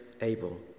Abel